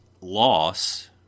loss